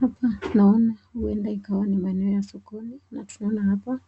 Hapa naona uenda ikiwa ni maeneo ya sokoni, na tunaona hapa,